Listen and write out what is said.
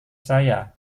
saya